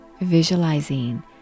visualizing